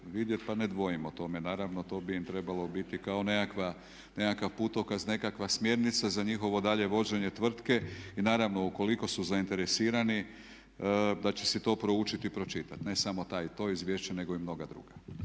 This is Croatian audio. pa ne dvojim o tome naravno. To bi im trebalo biti kao nekakav putokaz, nekakva smjernica za njihovo daljnje vođenje tvrtke i naravno ukoliko su zainteresirani da će si to proučiti i pročitati. Ne samo to izvješće nego i mnoga druga.